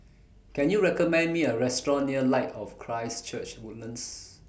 Can YOU recommend Me A Restaurant near Light of Christ Church Woodlands